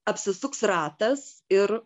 apsisuks ratas ir